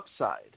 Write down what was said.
upside